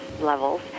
levels